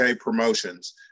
promotions